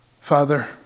Father